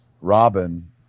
Robin